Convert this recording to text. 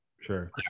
Sure